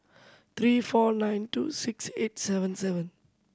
three four nine two six eight seven seven